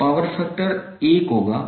तो power factor 1 होगा